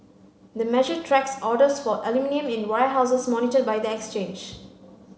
the measure tracks orders for aluminium in warehouses monitored by the exchange